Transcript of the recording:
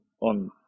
on